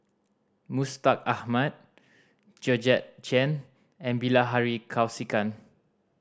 Mustaq Ahmad Georgette Chen and Bilahari Kausikan